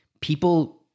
people